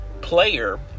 player